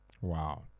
wow